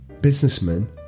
businessman